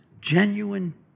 genuine